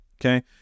okay